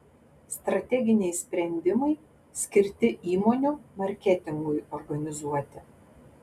strateginiai sprendimai skirti įmonių marketingui organizuoti